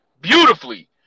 beautifully